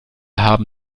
haben